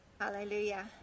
Hallelujah